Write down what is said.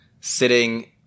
sitting